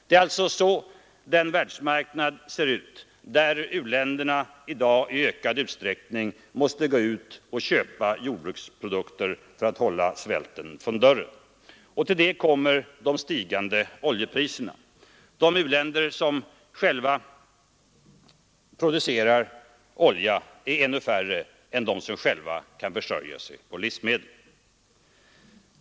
Det är alltså på det sättet världsmarknaden ser ut, där u-länderna i dag i ökad utsträckning måste gå ut och köpa jordbruksprodukter för att hålla svälten från dörren. Till det kommer de stigande oljepriserna. De u-länder som själva producerar olja är ännu färre än de som själva kan försörja sig med livsmedel.